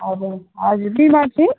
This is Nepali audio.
हजुर हजुर बिमार चाहिँ